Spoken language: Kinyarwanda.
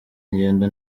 ingendo